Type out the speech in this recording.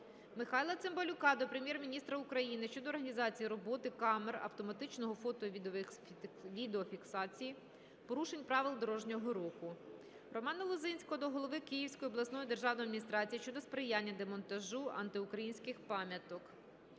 Михайла Цимбалюка до Прем'єр-міністра України щодо організації роботи камер автоматичної фото- і відеофіксації порушень правил дорожнього руху. Романа Лозинського до голови Київської обласної державної адміністрації щодо сприяння демонтажу антиукраїнських пам'яток.